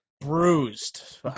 bruised